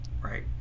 right